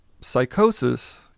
Psychosis